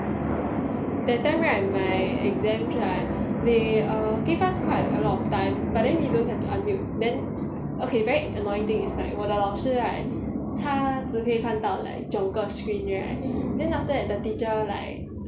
that time right my exams right they err gave us quite a lot of time but then we don't have to unmute then okay very annoying thing is like 我的老师 right 他只可以翻到来 like 整个 screen right then after that the teacher like